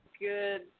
good